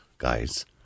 Guys